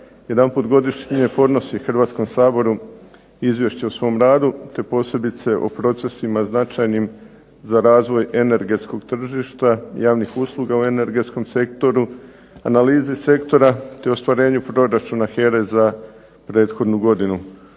jedanput godišnje podnosi Hrvatskom saboru izvješće o svom radu, te posebice o procesima značajnim za razvoj energetskog tržišta, javnih usluga u energetskom sektoru, analizi sektora, te ostvarenju proračuna HERA-e za prethodnu godinu.